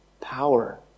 Power